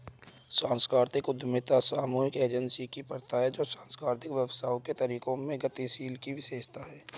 सांस्कृतिक उद्यमिता सामूहिक एजेंसी की प्रथा है जो सांस्कृतिक व्यवसायों के तरीकों में गतिशीलता की विशेषता है